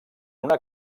una